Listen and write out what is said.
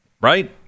right